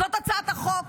זאת הצעת החוק,